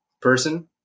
person